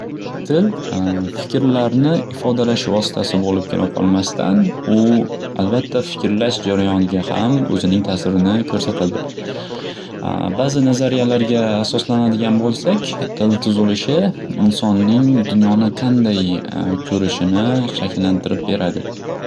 Til fikrlarni ifodalash vositasi boʻlibgina qolmasdan u albatta fikrlash jarayoniga ham o'zining ta'sirini ko'rsatadi. Ba'zi nazariyalarga asoslanadigan bo'lsak til tuzilishi insonning dunyoni qanday ko'rishini shakllantirib beradi.